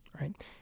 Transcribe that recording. right